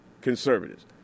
conservatives